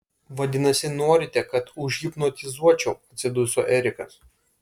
vadinasi norite kad užhipnotizuočiau atsiduso erikas